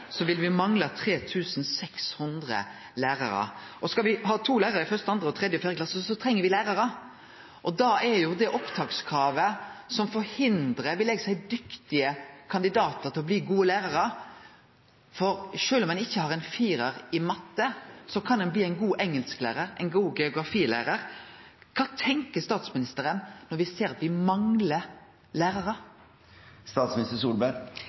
vil me mangle 3 600 lærarar. Skal me ha to lærarar i 1., 2., 3. og 4. klasse, treng me lærarar. Det er opptakskravet som forhindrar – vil eg seie – dyktige kandidatar til å bli gode lærarar, for sjølv om ein ikkje har ein 4-ar i matte, kan ein bli ein god engelsklærar, ein god geografilærar. Kva tenkjer statsministeren når me ser at me manglar lærarar?